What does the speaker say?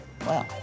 Wow